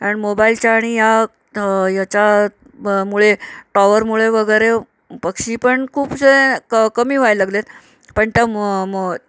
आणि मोबाईलच्या आणि या त याच्या ब मुळे टॉवरमुळे वगैरे पक्षी पण खूपशे क कमी व्हायला लागले आहेत पण त्या मो मो